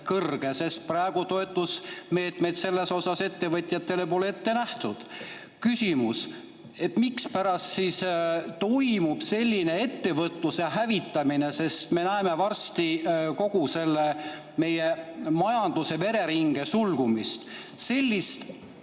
kõrge, sest praegu toetusmeetmeid selle jaoks ettevõtjatele pole ette nähtud. Küsimus: mispärast toimub selline ettevõtluse hävitamine? Me näeme varsti kogu meie majanduse vereringe sulgumist. Sellist